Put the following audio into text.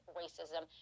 racism